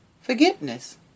forgiveness